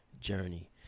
journey